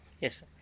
Yes